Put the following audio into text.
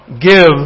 give